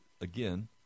again